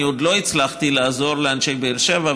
אני עוד לא הצלחתי לעזור לאנשי באר שבע,